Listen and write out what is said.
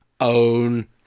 own